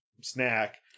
snack